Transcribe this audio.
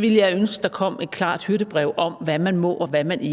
ville jeg ønske, at der kom et klart hyrdebrev om, hvad man må, og hvad man ikke